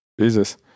Jesus